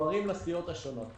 שמועברים לסיעות השונות.